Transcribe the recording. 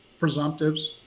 presumptives